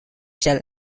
shall